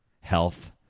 health